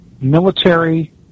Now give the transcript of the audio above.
military